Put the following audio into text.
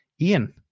Ian